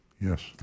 Yes